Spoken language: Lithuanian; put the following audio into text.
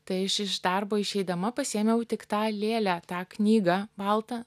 tai aš iš darbo išeidama pasiėmiau tik tą lėlę tą knygą baltą